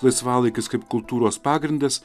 laisvalaikis kaip kultūros pagrindas